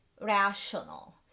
rational